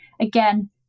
again